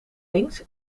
links